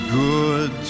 good